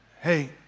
Hey